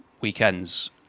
weekends